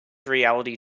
reality